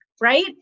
right